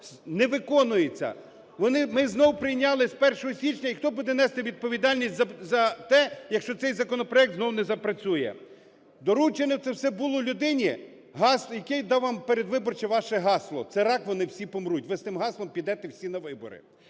не виконується. Ми знов прийняли з 1 січня. І хто буде нести відповідальність за те, якщо цей законопроект знов не запрацює? Доручено це все було людині, яка дала вам передвиборче ваше гасло: "Це – рак, вони всі помруть". Ви з тим гаслом підете всі на вибори.